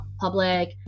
public